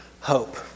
hope